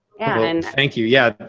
and thank you. yeah,